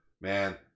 man